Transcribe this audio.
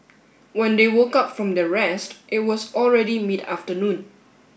when they woke up from their rest it was already mid afternoon